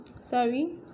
Sorry